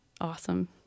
awesome